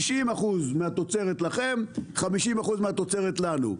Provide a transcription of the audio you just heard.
50% מהתוצרת לכם, 50% מהתוצרת לנו.